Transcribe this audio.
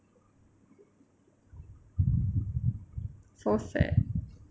so sad